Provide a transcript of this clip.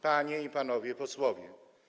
Panie i Panowie Posłowie!